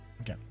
Okay